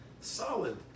solid